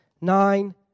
nine